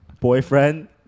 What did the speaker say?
boyfriend